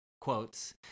quotes